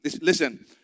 listen